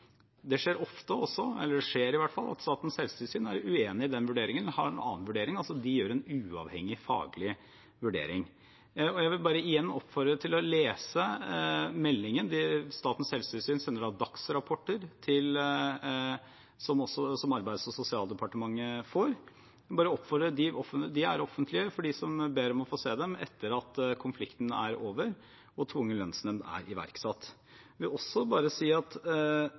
Det skjer ofte – det skjer i hvert fall – at Statens helsetilsyn er uenig i den vurderingen og har en annen vurdering, altså at de gjør en uavhengig, faglig vurdering. Jeg vil igjen oppfordre til å lese meldingen. Statens helsetilsyn sender dagsrapporter som Arbeids- og sosialdepartementet får. De er offentlige – for dem som ber om å få se dem etter at konflikten er over og tvungen lønnsnemnd er iverksatt. Jeg vil også si at